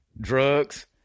Drugs